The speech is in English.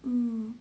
hmm